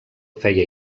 feia